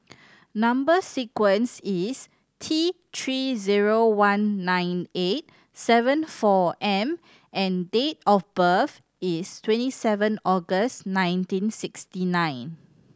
number sequence is T Three zero one nine eight seven four M and date of birth is twenty seven August nineteen sixty nine